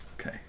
Okay